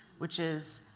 which is,